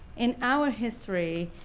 in our history,